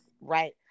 right